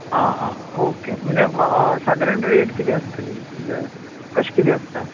आं आं ओके म्हणजे सादारण रेट कितें आसतली म्हणजे कशे कितें आसता